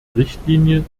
richtlinie